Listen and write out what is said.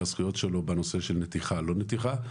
הזכויות שלו בנושא של נתיחה או לא נתיחה,